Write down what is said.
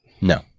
no